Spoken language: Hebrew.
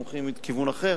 מומחים מכיוון אחר,